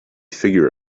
figure